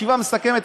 ישיבה מסכמת.